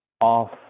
off